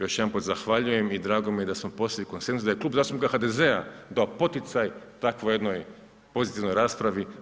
Još jednom zahvaljujem i drago mi je da smo postigli konsenzus, da je Klub zastupnika HDZ-a dao poticaj takvoj jednoj pozitivnoj raspravi.